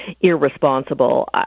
irresponsible